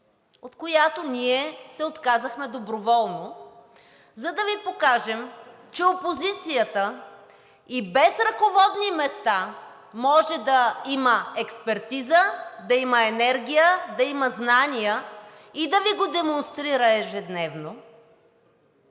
от която ние се отказахме доброволно, за да Ви покажем, че опозицията и без ръководни места може да има експертиза, да има енергия, да има знания и да Ви го демонстрира ежедневно,